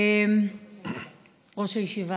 ראש הישיבה.